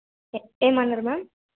ఏ ఏమన్నారు మ్యామ్